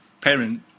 parent